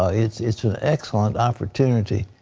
ah it is an excellent opportunity.